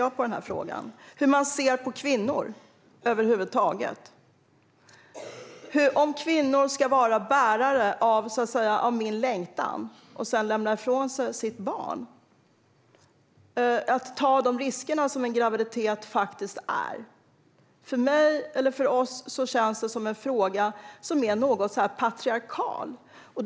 Det handlar om synen på kvinnor över huvud taget. Ska kvinnor vara bärare av min längtan och sedan lämna ifrån sig sitt barn? Ska de behöva ta de risker som en graviditet faktiskt utgör? För oss i Vänsterpartiet känns detta som en något patriarkal fråga.